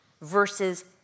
versus